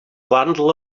bundle